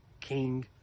king